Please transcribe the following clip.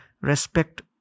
respect